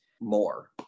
more